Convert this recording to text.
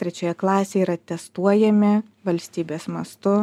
trečioje klasėje yra testuojami valstybės mastu